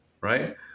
right